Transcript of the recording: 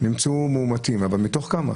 נמצאו מאומתים, אבל מתוך כמה?